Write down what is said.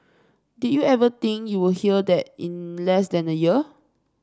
did you ever think you would hear that in less than a year